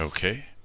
Okay